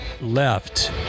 left